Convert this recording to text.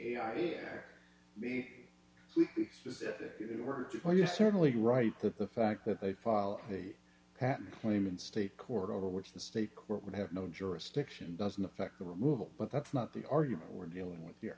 when you're certainly right that the fact that they file a patent claim in state court over which the state court would have no jurisdiction doesn't affect the removal but that's not the argument we're dealing with